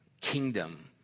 kingdom